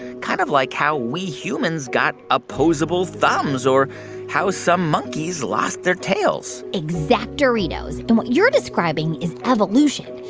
kind of like how we humans got opposable thumbs or how some monkeys lost their tails exact-oritos. and what you're describing is evolution.